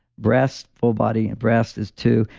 breasts, full body and breasts is two.